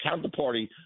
counterparty